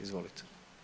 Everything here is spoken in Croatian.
Izvolite.